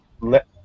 let